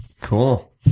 Cool